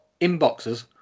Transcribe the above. inboxes